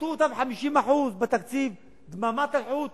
שחטו אותם 50% בתקציב, דממת אלחוט.